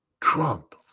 Trump